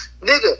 nigga